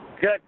Good